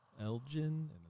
Elgin